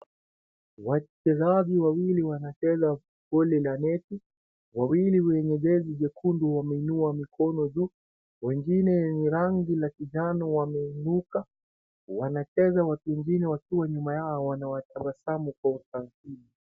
Wachezaji wawili wanacheza boli la neti, wawili wenye jezi nyekundu wameinua mikono juu, wengine wenye rangi la kinjano wameinuka, wanacheza watu wengine wakiwa nyuma yao wanawatabasamu kwa utaratibu.